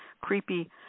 creepy